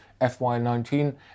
FY19